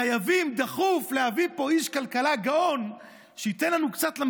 חייבים דחוף להביא לפה איש כלכלה גאון שייתן קצת לנו,